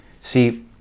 See